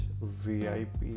VIP